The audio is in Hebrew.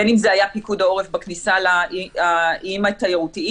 בין אם זה היה פיקוד העורף בכניסה לאיים התיירותיים